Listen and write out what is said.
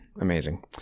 Amazing